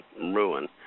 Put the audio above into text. ruin